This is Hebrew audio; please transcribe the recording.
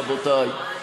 רבותי,